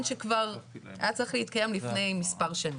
שכבר היה צריך להתקיים לפני מספר שנים.